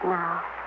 now